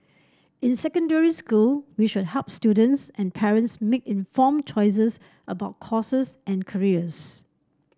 in secondary school we should help students and parents make informed choices about courses and careers